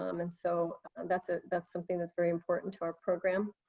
um and so that's ah that's something that's very important to program.